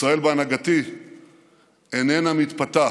ישראל בהנהגתי איננה מתפתה